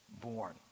born